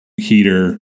heater